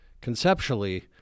conceptually